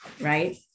right